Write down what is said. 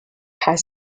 high